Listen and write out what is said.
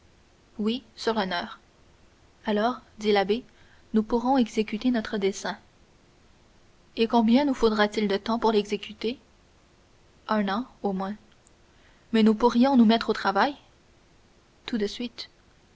oui sur l'honneur alors dit l'abbé nous pourrons exécuter notre dessein et combien nous faudra-t-il de temps pour l'exécuter un an au moins mais nous pourrions nous mettre au travail tout de suite